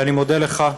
אני מודה לך,